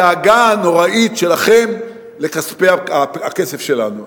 לבי יוצא על הדאגה הנוראית שלכם לכסף שלנו.